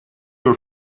your